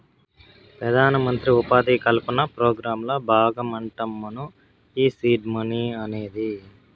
పెదానమంత్రి ఉపాధి కల్పన పోగ్రాంల బాగమంటమ్మను ఈ సీడ్ మనీ అనేది